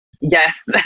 Yes